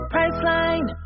Priceline